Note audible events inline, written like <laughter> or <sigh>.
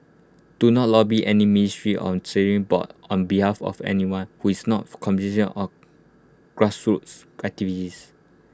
do not lobby any ministry or <unintelligible> board on behalf of anyone who is not constituent or grassroots activist